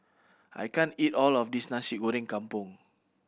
I can't eat all of this Nasi Goreng Kampung